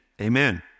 Amen